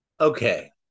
Okay